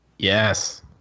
Yes